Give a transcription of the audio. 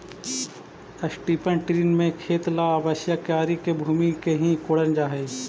strip till में खेत ला आवश्यक क्यारी के भूमि के ही कोड़ल जा हई